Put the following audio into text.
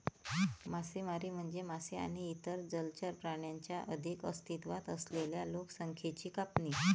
मासेमारी म्हणजे मासे आणि इतर जलचर प्राण्यांच्या आधीच अस्तित्वात असलेल्या लोकसंख्येची कापणी